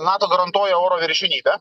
nato garantuoja oro viršenybę